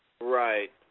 Right